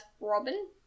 Robin